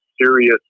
serious